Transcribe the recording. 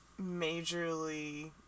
majorly